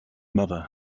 mother